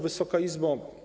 Wysoka Izbo!